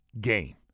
game